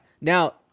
Now